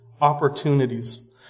Opportunities